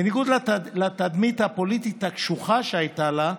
בניגוד לתדמית הפוליטית הקשוחה שהייתה לה,